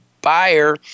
buyer